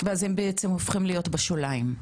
ואז הם בעצם הופכים להיות בשוליים.